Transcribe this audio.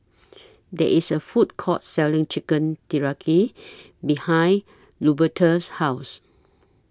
There IS A Food Court Selling Chicken behind Luberta's House